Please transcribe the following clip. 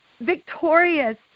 victorious